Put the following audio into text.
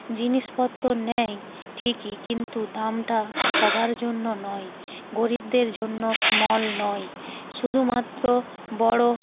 জিনিসপত্র নেয় ঠিকই কিন্তু দামটা সবার জন্য নয় গরিবদের জন্য মল নয় শুধুমাত্র বড়